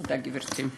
תודה, גברתי.